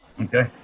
Okay